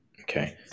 Okay